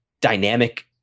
dynamic